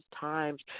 times